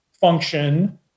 function